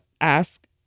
ask